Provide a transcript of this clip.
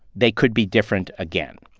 they could be different again.